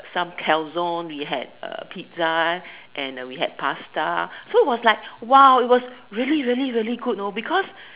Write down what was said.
some calzone we had uh pizza and we had pasta so it was like !wow! it was really really really good know because